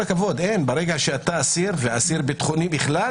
כשאתה אסיר, ואסיר ביטחוני בכלל